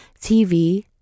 TV